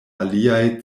aliaj